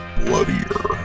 bloodier